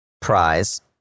prize